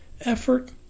Effort